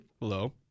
Hello